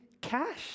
cash